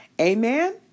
Amen